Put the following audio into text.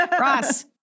Ross